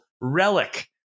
relic